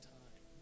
time